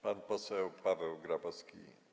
Pan poseł Paweł Grabowski.